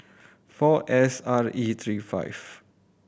four S R E three five